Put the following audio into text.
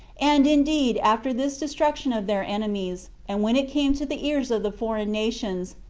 and indeed, after this destruction of their enemies, and when it came to the ears of the foreign nations,